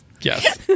Yes